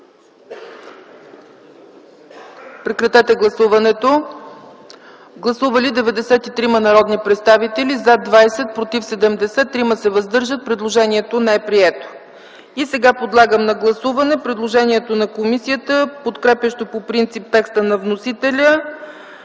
подкрепя от комисията. Гласували 93 народни представители: за 20, против 70, въздържали се 3. Предложението не е прието. И сега подлагам на гласуване предложението на комисията, подкрепящо по принцип текста на вносителя